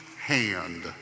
hand